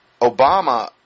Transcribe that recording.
Obama